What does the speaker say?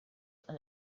and